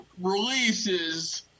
releases